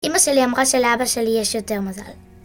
אמא שלי אמרה שלאבא שלי יש יותר מזל.